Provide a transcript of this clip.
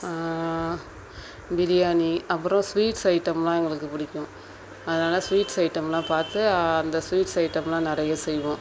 பிரியாணி அப்புறம் ஸ்வீட்ஸ் ஐட்டமெலாம் எங்களுக்கு பிடிக்கும் அதனால் ஸ்வீட்ஸ் ஐட்டம்லாம் பார்த்து அந்த ஸ்வீட்ஸ் ஐட்டம்லாம் நிறைய செய்வோம்